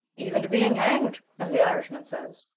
even to being hanged, as the irishman said.